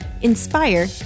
inspire